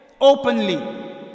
openly